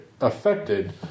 affected